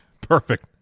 Perfect